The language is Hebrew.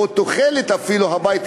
או אפילו תכולת הבית,